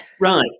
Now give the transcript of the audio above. right